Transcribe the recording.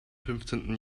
fünfzehnten